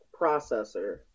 processor